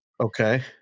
Okay